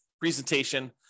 presentation